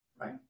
right